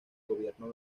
gobierno